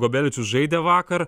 gobeličius žaidė vakar